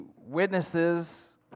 witnesses